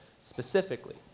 specifically